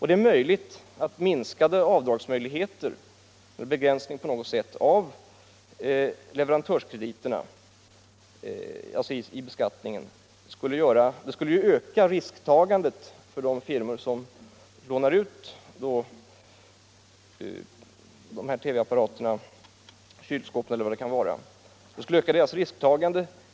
Det är möjligt att minskade avdragsmöjligheter eller en begränsning på något sätt av leverantörskrediterna i beskattningen skulle öka risktagandet för de firmor som lånar ut dessa TV-apparter och kylskåp eller vad det kan vara.